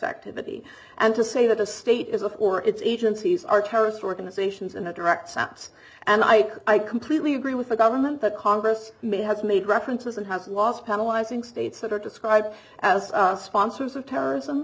activity and to say that a state has a or its agencies are terrorist organizations in a direct saps and i i completely agree with the government the congress may has made references and has lost penalize in states that are described as sponsors of terrorism